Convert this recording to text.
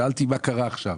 שאלתי מה קרה עכשיו.